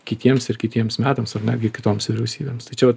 kitiems ir kitiems metams ar netgi kitoms vyriausybėms tai čia va